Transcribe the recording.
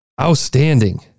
Outstanding